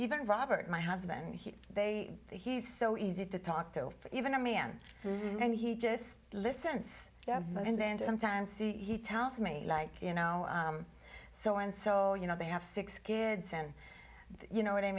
even robert my husband he they they he's so easy to talk to even to me and then he just listens and then sometimes he tells me like you know so and so you know they have six kids and you know what i